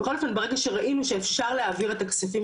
בכל אופן ברגע שראינו שאפשר להעביר את הכספים,